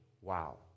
Wow